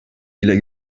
ile